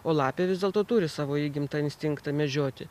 o lapė vis dėlto turi savo įgimtą instinktą medžioti